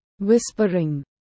Whispering